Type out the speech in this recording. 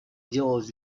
делалось